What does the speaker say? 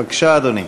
בבקשה, אדוני.